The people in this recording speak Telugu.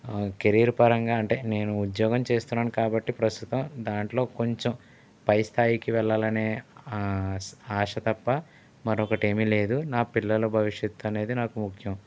కెరియర్ పరంగా అంటే నేను ఉద్యోగం చేస్తున్నాను కాబట్టి ప్రస్తుతం దాంట్లో కొంచెం పై స్థాయికి వెళ్లాలనే ఆశ తప్ప మరొకటి ఏమీ లేదు నా పిల్లల భవిష్యత్తు అనేది నాకు ముఖ్యం